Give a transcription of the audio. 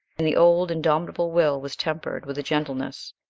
and the old, indomitable will was tempered with gentleness.